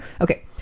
Okay